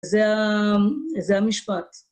זה המשפט.